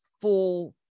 full